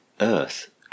earth